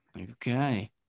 Okay